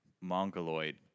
mongoloid